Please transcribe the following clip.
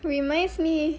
reminds me